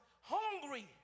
hungry